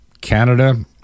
Canada